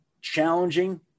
challenging